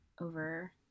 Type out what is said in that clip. over